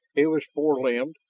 it was four-limbed,